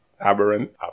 aberrant